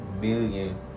million